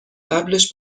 قبلش